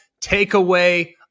takeaway